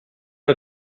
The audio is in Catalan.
una